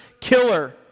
killer